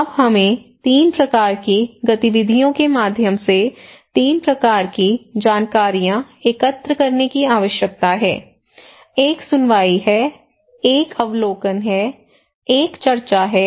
अब हमें 3 प्रकार की गतिविधियों के माध्यम से 3 प्रकार की जानकारियां एकत्र करने की आवश्यकता है एक सुनवाई है एक अवलोकन है एक चर्चा है